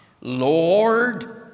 Lord